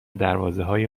دروازههای